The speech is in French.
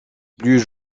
plus